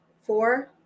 four